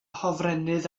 hofrennydd